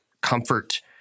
comfort